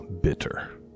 bitter